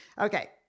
Okay